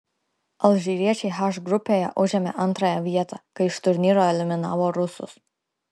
alžyriečiai h grupėje užėmė antrąją vietą kai iš turnyro eliminavo rusus